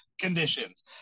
conditions